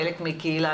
חלק מקהילה.